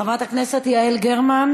חברת הכנסת יעל גרמן,